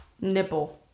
nipple